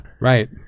right